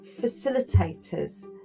facilitators